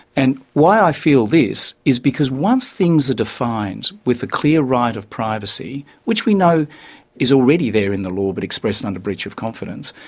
and why i feel this, is because once things are defined with a clear right of privacy, which we know is already there in the law but expressed under breach of confidence,